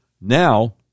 Now